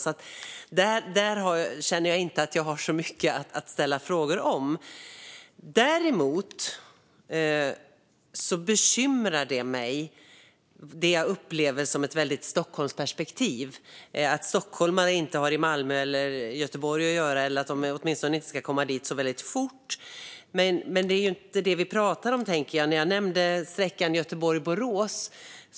Där känner jag alltså inte att jag har mycket att ställa frågor om. Jag bekymrar mig däremot över det som jag upplever som ett Stockholmsperspektiv, att stockholmare inte har i Malmö eller Göteborg att göra eller åtminstone inte ska komma dit särskilt fort. Men det är inte det vi pratar om, tänker jag. Jag nämnde sträckan Göteborg-Borås.